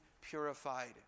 purified